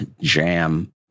jam